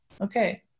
Okay